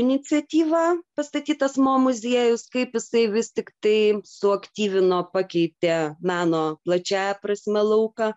iniciatyva pastatytas mo muziejus kaip jisai vis tiktai suaktyvino pakeitė meno plačiąja prasme lauką